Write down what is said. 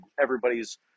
everybody's